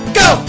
go